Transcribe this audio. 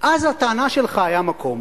אז לטענה שלך היה מקום.